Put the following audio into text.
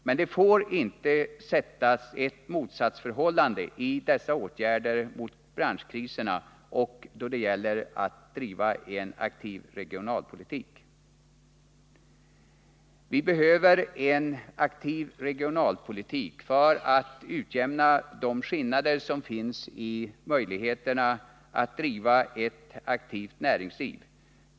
Men det får inte bli ett motsatsförhållande mellan de åtgärder som vidtagits mot branschkriserna och den aktiva regionalpolitiken. Vi behöver en aktiv regionalpolitik för att kunna utjämna de skillnader som finns då det gäller förutsättningarna för ett aktivt näringsliv.